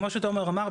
כמו שתומר אמר,